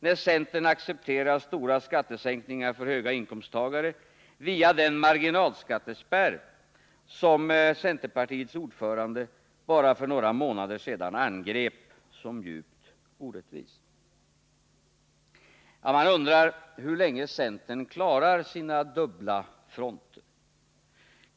när centern accepterar stora skattesänkningar för höginkomsttagare via den marginalskattespärr som centerpartiets ordförande bara för några månader sedan angrep som djupt orättvis. Man undrar hur länge centern klarar sina dubbla fronter.